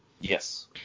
Yes